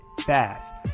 fast